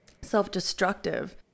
self-destructive